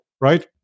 right